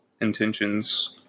intentions